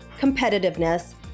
competitiveness